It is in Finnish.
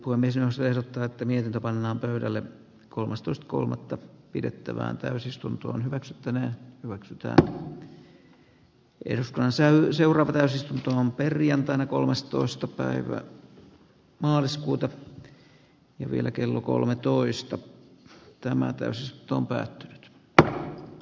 olisihan se ottaa miehiltä pannaan pöydälle kolmastoista kolmannetta pidettävään täysistuntoon hyväksytty ne voi joka tapauksessa silloin järjestelmä toimisi kaikkien osalta tasapuolisesti ja lisätuloistakin verotettaisiin saman prosentin mukaisesti